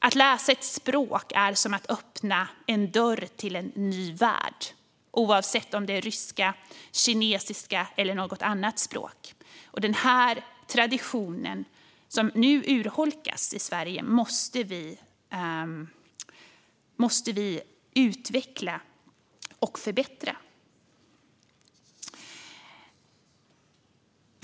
Att läsa ett språk är som att öppna en dörr till en ny värld, oavsett om det är ryska, kinesiska eller något annat språk. Denna tradition, som nu urholkas i Sverige, måste vi utveckla och förbättra.